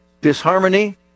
disharmony